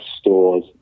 stores